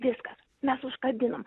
viskas mes užkabinom